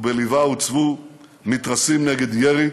ובלבה הוצבו מתרסים נגד ירי,